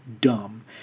dumb